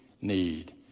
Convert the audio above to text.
need